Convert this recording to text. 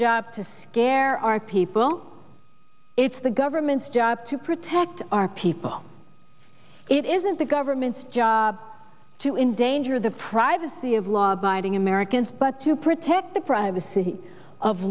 job to gare our people it's the government's job to protect our people it isn't the government's job to endangered the privacy of law abiding americans but to protect the privacy of